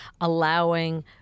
allowing